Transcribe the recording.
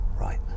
Right